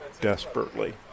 desperately